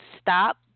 stop